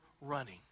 running